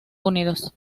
unidos